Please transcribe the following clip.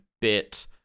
bit